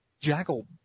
Jackal